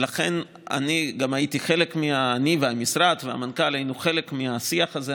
לכן גם אני, המשרד והמנכ"ל היינו חלק מהשיח הזה.